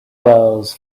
wells